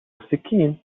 السكين